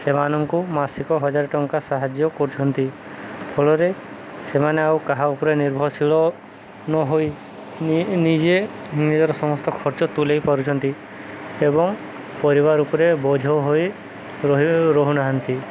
ସେମାନଙ୍କୁ ମାସିକ ହଜାର ଟଙ୍କା ସାହାଯ୍ୟ କରୁଛନ୍ତି ଫଳରେ ସେମାନେ ଆଉ କାହା ଉପରେ ନିର୍ଭରଶୀଳ ନହୋଇ ନିଜେ ନିଜର ସମସ୍ତ ଖର୍ଚ୍ଚ ତୁଲେଇ ପାରୁଛନ୍ତି ଏବଂ ପରିବାର ଉପରେ ବୋଝ ହୋଇ ରହି ରହୁନାହାନ୍ତି